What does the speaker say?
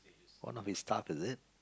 one of his staff is it